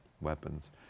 weapons